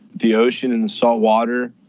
the ocean and the salt water,